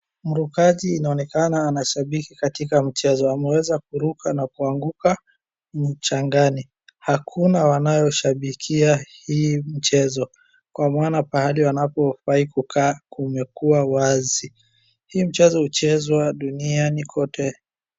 Mrukaji inaonekana anashabiki katika mchezo. Ameweza kuruka na kuanguka mchangani. Hakuna wanao shabikia hii mchezo kwa maana pahali wanapofai kukaa kumekuwa wazi. Hii mchezo huchezwa duniani kote.